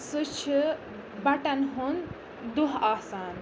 سُہ چھِ بَٹَن ہُنٛد دۄہ آسان